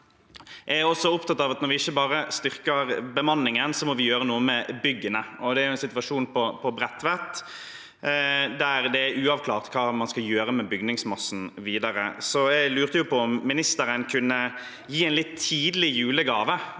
Jeg er også opptatt av at vi ikke bare styrker bemanningen, vi må også gjøre noe med byggene. Det er en situasjon på Bredtveit der det er uavklart hva man skal gjøre med bygningsmassen videre. Jeg lurte på om ministeren kan gi en litt tidlig julegave